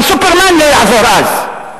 גם "סופרמן" לא יעזור אז.